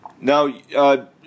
Now